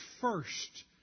first